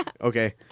Okay